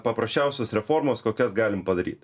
paprasčiausios reformos kokias galim padaryt